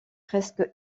presque